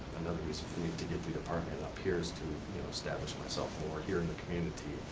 another reason for me to get the apartment up here is to establish myself more here in the community.